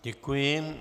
Děkuji.